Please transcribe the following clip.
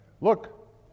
Look